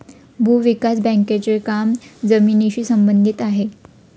भूविकास बँकेचे काम जमिनीशी संबंधित आहे